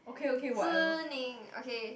zi-ning okay